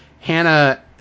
Hannah